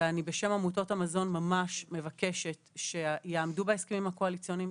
ובשם עמותות המזון אני ממש מבקשת שיעמדו בהסכמים הקואליציוניים,